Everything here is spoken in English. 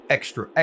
Extra